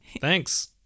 thanks